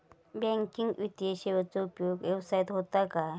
Banking वित्तीय सेवाचो उपयोग व्यवसायात होता काय?